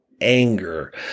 anger